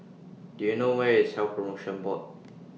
Do YOU know Where IS Health promotion Board